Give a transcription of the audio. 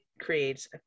creates